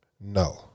No